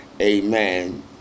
amen